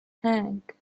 hank